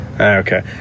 Okay